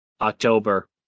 october